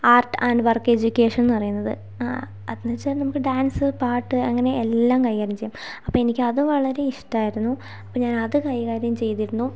art and work education എന്നു പറയുന്നത് അതിനു ചേർന്നാൽ നമുക്ക് ഡാൻസ് പാട്ട് അങ്ങനെ എല്ലാം കൈകാര്യം ചെയ്യാം അപ്പോൾ എനിക്ക് അത് വളരേ ഇഷ്ടമായിരുന്നു അപ്പോൾ ഞാൻ അത് കൈകാര്യം ചെയ്തിരുന്നു